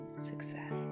success